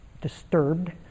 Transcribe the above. disturbed